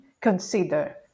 consider